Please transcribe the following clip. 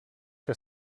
que